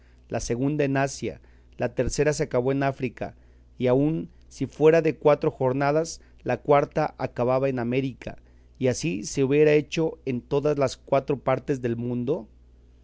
la segunda en asia la tercera se acabó en africa y ansí fuera de cuatro jornadas la cuarta acababa en américa y así se hubiera hecho en todas las cuatro partes del mundo